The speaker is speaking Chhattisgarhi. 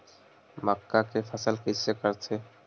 मक्का के फसल कइसे करथे?